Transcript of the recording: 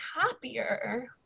happier